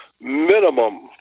minimum